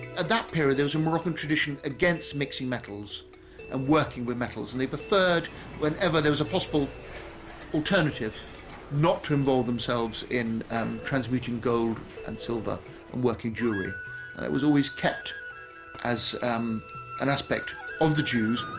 at that period there was a moroccan tradition against mixing metals and working with metals and they preferred whenever there was a possible alternative not to involve themselves in transmuting gold and silver and working jewellery and it was always kept as um an aspect of the jews